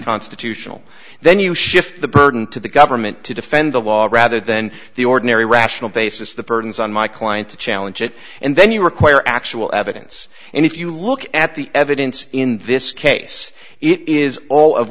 constitutional then you shift the burden to the government to defend the law rather than in the ordinary rational basis the burden is on my client to challenge it and then you require actual evidence and if you look at the evidence in this case it is all of